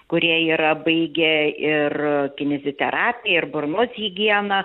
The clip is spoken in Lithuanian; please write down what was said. kurie yra baigę ir kineziterapiją ir burnos higieną